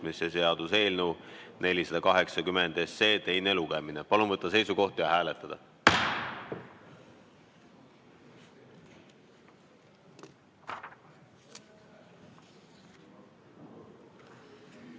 muutmise seaduse eelnõu 480 teine lugemine. Palun võtta seisukoht ja hääletada!